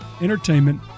entertainment